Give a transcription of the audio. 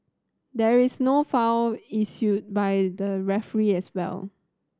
there is no foul issued by the referee as well